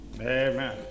Amen